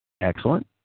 Excellent